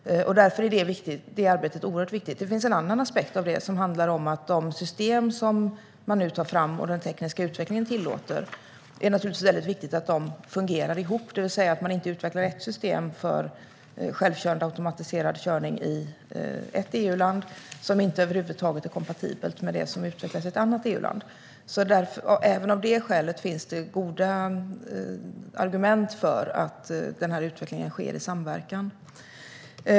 Därför är detta arbete oerhört viktigt. En annan aspekt handlar om att det naturligtvis är viktigt att de system som nu tas fram och som den tekniska utvecklingen tillåter fungerar ihop. Man kan inte utveckla ett system för självkörande, automatiserad körning i ett EU-land som över huvud taget inte är kompatibelt med något som utvecklas i ett annat EU-land. Även av detta skäl finns goda argument för att utvecklingen ska ske i samverkan.